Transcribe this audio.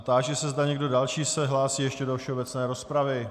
Táži se, zda někdo další se hlásí ještě do všeobecné rozpravy.